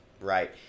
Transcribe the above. Right